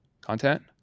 Content